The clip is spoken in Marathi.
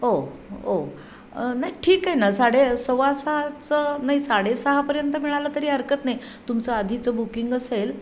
ओ ओ नाही ठीक आहे ना साडे सव्वा सहाचं नाही साडेसहापर्यंत मिळालं तरी हरकत नाही तुमचं आधीचं बुकिंग असेल